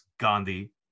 Gandhi